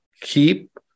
Keep